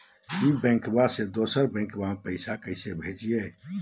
ई बैंकबा से दोसर बैंकबा में पैसा कैसे भेजिए?